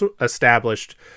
established